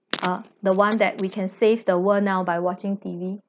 ah the one that we can save the world now by watching T_V_